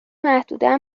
محدوده